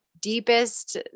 deepest